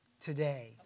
today